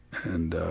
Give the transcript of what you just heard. and ah.